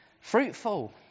fruitful